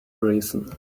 reason